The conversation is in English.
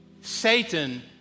Satan